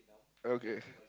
okay